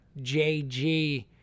JG